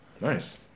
Nice